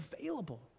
available